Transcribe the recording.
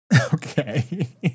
Okay